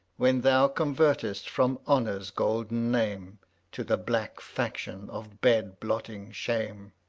when thou convertest from honor's golden name to the black faction of bed blotting shame.